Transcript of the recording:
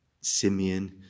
Simeon